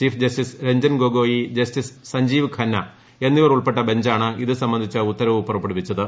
chief justice Ranjan Gogoi justice Sanjiv Khanna എന്നിവർ ഉൾപ്പെട്ട ബഞ്ചാണ് ഇത് സംബന്ധിച്ച് ഉത്തരവ് പുറപ്പെടുവിച്ചത്